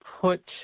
put